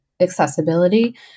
accessibility